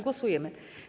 Głosujemy.